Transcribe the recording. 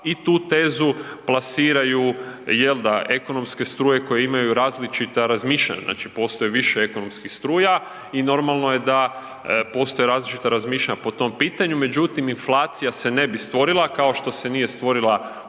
i tu tezu plasiraju, jel da, ekonomske struje koje imaju različita razmišljanja. Znači postoji više ekonomskih struja i normalno je da postoje različita razmišljanja po tom pitanju. Međutim, inflacija se ne bi stvorila kao što se nije stvorila u